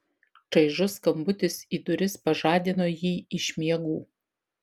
čaižus skambutis į duris pažadino jį iš miegų